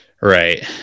Right